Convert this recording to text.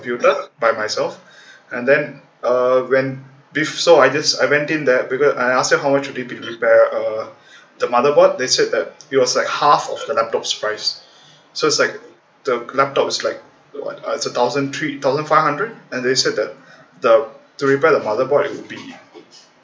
computer by myself and then uh when bef~ so I just I went in there I ask her how much would it be to repair uh the motherboard they said that it was like half of the laptop's price so it's like the laptop is like what it's like a thousand three thousand five hundred and they said that the to repair the motherboard would be